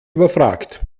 überfragt